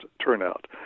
turnout